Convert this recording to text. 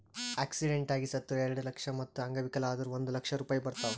accident ಆಗಿ ಸತ್ತುರ್ ಎರೆಡ ಲಕ್ಷ, ಮತ್ತ ಅಂಗವಿಕಲ ಆದುರ್ ಒಂದ್ ಲಕ್ಷ ರೂಪಾಯಿ ಬರ್ತಾವ್